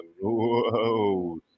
whoa